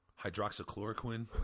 hydroxychloroquine